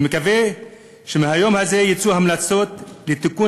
אני מקווה שמהיום הזה יצאו המלצות לתיקון